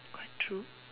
quite true